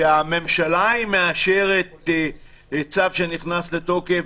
שהממשלה מאשרת צו שנכנס לתוקף,